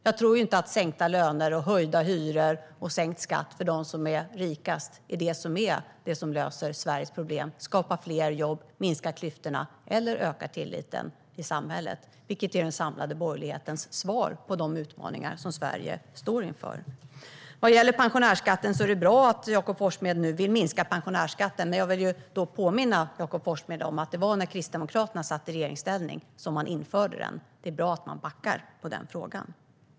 Jag tror inte att sänkta löner och höjda hyror samt sänkt skatt för de rikaste löser Sveriges problem, skapar fler jobb, minskar klyftorna eller ökar tilliten i samhället, vilket är den samlade borgerlighetens svar på de utmaningar som Sverige står inför. Vad gäller pensionärsskatten är det bra att Jakob Forssmed vill minska den, men jag vill påminna honom om att det var när Kristdemokraterna satt i regeringsställning som skatten infördes. Det är bra att man backar i denna fråga.